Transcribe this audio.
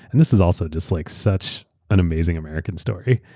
and this is also just like such an amazing american story.